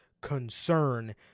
concern